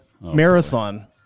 marathon